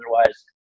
Otherwise